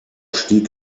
stieg